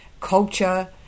culture